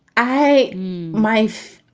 i my wife